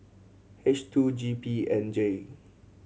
H two G P N J